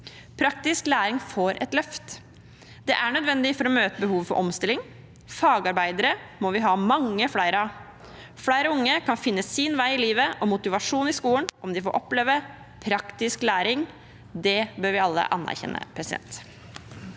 Praktisk læring får et løft. Det er nødvendig for å møte behovet for omstilling. Fagarbeidere må vi ha mange flere av. Flere unge kan finne sin vei i livet og motivasjon i skolen om de får oppleve praktisk læring. Det bør vi alle anerkjenne. Anne